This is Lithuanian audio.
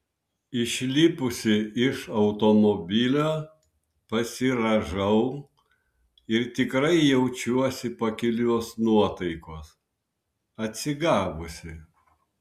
išlipusi iš automobilio pasirąžau ir tikrai jaučiuosi pakilios nuotaikos atsigavusi